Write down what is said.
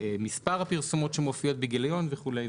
מספר הפרסומות שמופיע בגיליון וכו'.